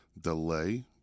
delay